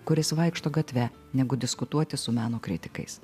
kuris vaikšto gatve negu diskutuoti su meno kritikais